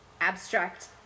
abstract